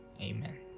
Amen